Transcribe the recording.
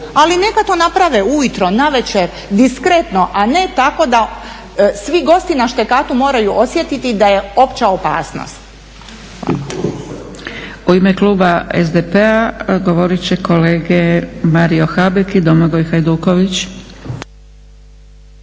neka to naprave ujutro, navečer, diskretno, a ne tako da svi gosti na štekatu moraju osjetiti da je opća opasnost. **Zgrebec, Dragica (SDP)** U ime kluba SDP-a govorit će kolege Mario Habek i Domagoj Hajduković.